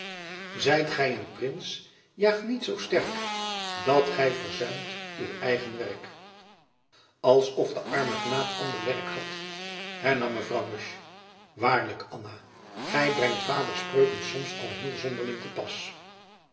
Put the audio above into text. zijt ghy een prins jaegt niet zoo sterck dat ghy verzuimt uw eigen werck als of de arme knaap ander werk had hernam mevrouw musch waarlijk anna gy brengt vaders spreuken soms al heel zonderling te pas